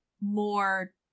more